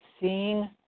seeing